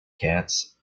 cats